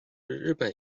日本